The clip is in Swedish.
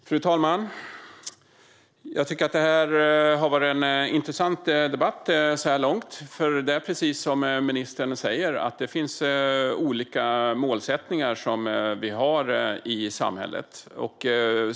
Fru talman! Jag tycker att det har varit en intressant debatt så här långt. Det är precis så som ministern säger, att det finns olika målsättningar i samhället.